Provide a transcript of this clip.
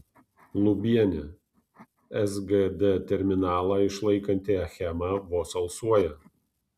lubienė sgd terminalą išlaikanti achema vos alsuoja